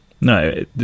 No